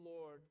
Lord